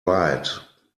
right